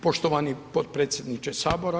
Poštovani potpredsjedniče Sabora.